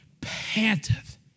panteth